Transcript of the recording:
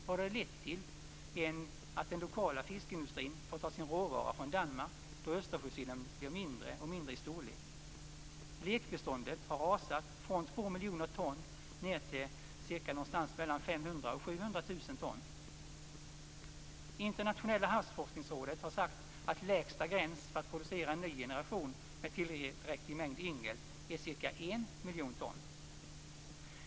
Vad det lett till är att den lokala fiskindustrin får ta sin råvara från Danmark, då Östersjösillen blir mindre och mindre i storlek. Lekbeståndet har rasat från 2 miljoner ton till någonstans mellan 500 000 och 700 000 ton. Internationella havsforskningsrådet har sagt att lägsta gräns för att producera en ny generation med tillräcklig mängd yngel är ca 1 miljon ton.